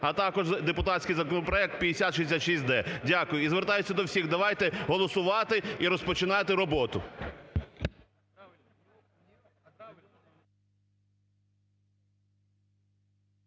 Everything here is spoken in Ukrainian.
а також депутатський законопроект 5066-д. Дякую. І звертаюся до всіх, давайте голосувати і розпочинати роботу.